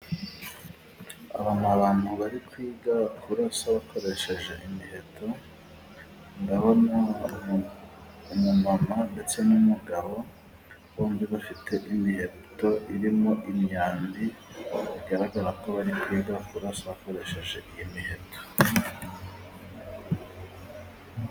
Aba ni abantu biga kurasa bakoresheje imiheto, ndabona umumama ndetse n'umugabo bombi bafite imiheto irimo imyambi, bigaragara ko bari kwiga kurasa bakoresheje iyi miheto.